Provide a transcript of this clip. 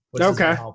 Okay